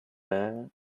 bare